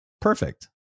Perfect